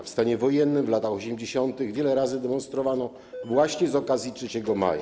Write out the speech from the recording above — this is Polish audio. W stanie wojennym w latach 80. wiele razy demonstrowano właśnie z okazji 3 maja.